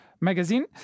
Magazine